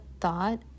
thought